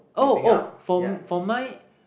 oh oh for for mine